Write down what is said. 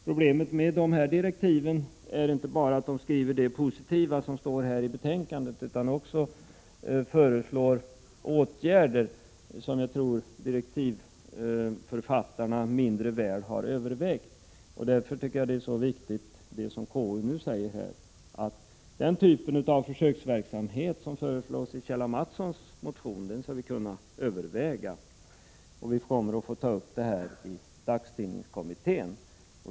Problemet med dessa direktiv är inte bara att de skriver om det positiva som också står i betänkandet utan också föreslår åtgärder som jag tror att direktivförfattarna mindre väl har övervägt. Därför tycker jag att det är så viktigt när KU nu säger att vi skall kunna överväga den typ av försöksverksamhet som föreslås i Kjell A. Mattssons motion och att man kommer att få ta upp detta förslag i dagstidningskommittén.